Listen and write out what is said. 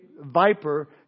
viper